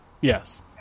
Yes